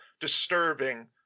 disturbing